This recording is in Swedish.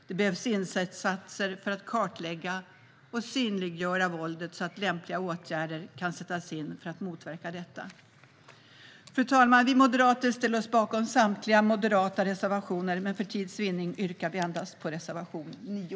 Det behövs insatser för att kartlägga och synliggöra våldet så att lämpliga åtgärder kan sättas in för att motverka detta. Fru talman! Vi moderater ställer oss bakom samtliga moderata reservationer, men för tids vinnande yrkar jag endast bifall till reservation 9.